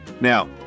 Now